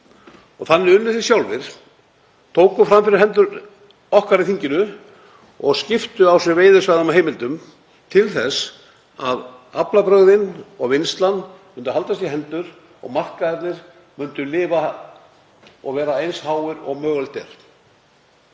Þannig unnu þeir sjálfir, tóku fram fyrir hendur okkar í þinginu og skiptu á sig veiðisvæðum og heimildum til þess að aflabrögðin og vinnslan myndu haldast í hendur og markaðirnir myndu lifa og gefa eins hátt verð og mögulegt